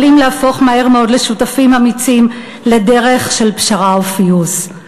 יכולים להפוך מהר מאוד לשותפים אמיצים לדרך של פשרה ופיוס.